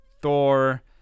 Thor